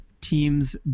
teams